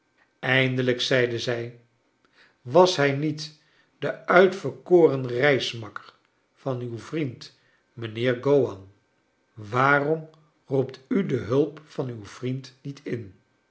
eindelijk zeide zij was hij niet de uitverkoren reismakker van uw vriend mijnheer gowan waarom roept u de hulp van uw vriend niet in